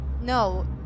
No